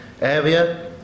area